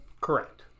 Correct